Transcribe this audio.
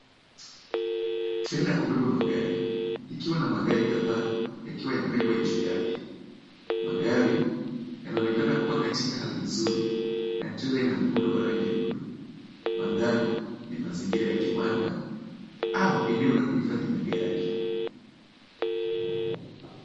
Trela ya kubeba magari ikiwa na magari kadhaa yakiwa yamewekwa juu yake. Magari yanaonekana kuwa katika hali nzuri na trela ina muundo wa rangi ya buluu. Mandhari ni ya mazingra ya kiwanda au eneo la kuhifadhi magari.